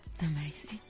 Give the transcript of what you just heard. amazing